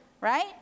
right